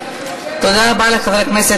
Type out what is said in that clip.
תודה רבה, גברתי היושבת-ראש.